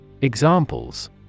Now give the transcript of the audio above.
Examples